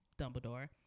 dumbledore